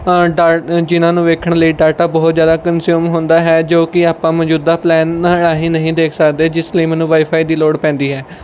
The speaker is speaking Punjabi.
ਡਾ ਜਿਹਨਾਂ ਨੂੰ ਵੇਖਣ ਲਈ ਡਾਟਾ ਬਹੁਤ ਜ਼ਿਆਦਾ ਕੰਨਜ਼ਿਊਮ ਹੁੰਦਾ ਹੈ ਜੋ ਕਿ ਆਪਾਂ ਮੌਜੂਦਾ ਪਲੈਨ ਰਾਹੀਂ ਨਹੀਂ ਦੇਖ ਸਕਦੇ ਜਿਸ ਲਈ ਮੈਨੂੰ ਵਾਈਫਾਈ ਦੀ ਲੋੜ ਪੈਂਦੀ ਹੈ